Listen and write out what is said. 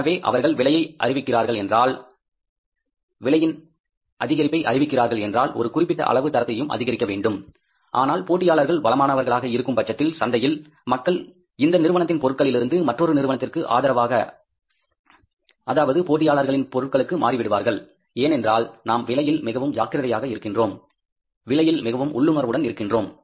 எனவே அவர்கள் விலையை அறிவிக்கிறார்கள் என்றால் ஒரு குறிப்பிட்ட அளவு தரத்தையும் அதிகரிக்க வேண்டும் ஆனால் போட்டியாளர்கள் பலமாணவர்களாக இருக்கும் பட்சத்தில் சந்தையில் மக்கள் இந்த நிறுவனத்தின் பொருட்களிலிருந்து மற்றொரு நிறுவனத்திற்கு அதாவது போட்டியாளர்களின் பொருட்களுக்கு மாறிவிடுவார்கள் ஏனென்றால் நாம் விலையில் மிகவும் ஜாக்கிரதையாக இருக்கின்றோம் விலையில் மிகவும் உள்ளுணர்வுடன் இருக்கின்றோம்